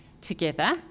together